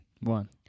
One